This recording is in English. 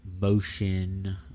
motion